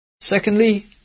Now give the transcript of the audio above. Secondly